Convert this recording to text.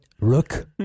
rook